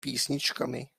písničkami